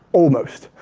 almost.